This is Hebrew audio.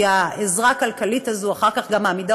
כי העזרה הכלכלית הזו אחר כך גם מעמידה